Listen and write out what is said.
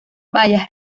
mayas